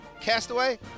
castaway